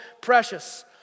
precious